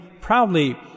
proudly